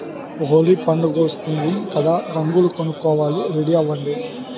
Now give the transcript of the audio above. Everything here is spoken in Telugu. హోలీ పండుగొస్తోంది కదా రంగులు కొనుక్కోవాలి రెడీ అవ్వండి